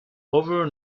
overall